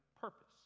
purpose